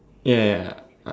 ya ya